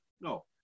No